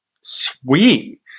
Sweet